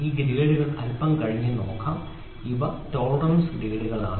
ഈ ഗ്രേഡുകൾ അല്പം കഴിഞ്ഞ് നമുക്ക് നോക്കാം ഇവ ടോളറൻസ് ഗ്രേഡുകളാണ്